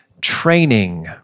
training